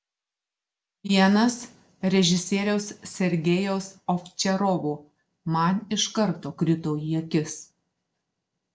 vienas režisieriaus sergejaus ovčarovo man iš karto krito į akis